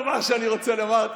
כל דבר שאני רוצה לומר,